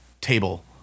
table